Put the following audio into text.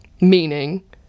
meaning